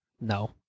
No